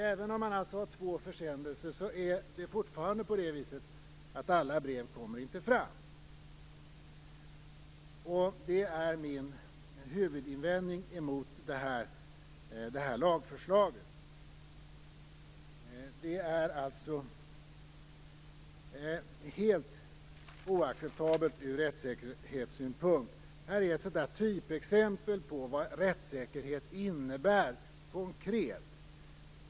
Även om man alltså har två försändelser är det fortfarande på det viset att alla brev kommer inte fram. Det är min huvudinvändning mot det här lagförslaget. Det är alltså helt oacceptabelt ur rättssäkerhetssynpunkt. Här är ett typexempel på vad rättssäkerhet innebär konkret.